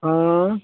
हँ